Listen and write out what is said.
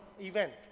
event